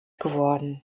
geworden